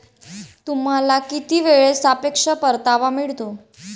तुम्हाला किती वेळेत सापेक्ष परतावा मिळतो?